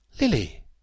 Lily